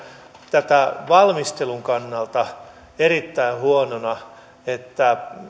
tätä valmistelun kannalta erittäin huonona että